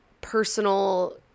personal